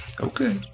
Okay